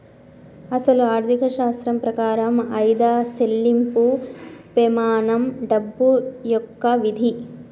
అసలు ఆర్థిక శాస్త్రం ప్రకారం ఆయిదా సెళ్ళింపు పెమానం డబ్బు యొక్క విధి